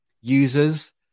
users